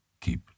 keep